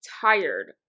tired